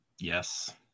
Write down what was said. yes